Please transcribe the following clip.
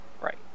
right